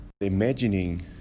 Imagining